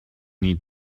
need